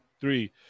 three